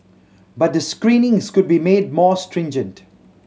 but the screenings could be made more stringent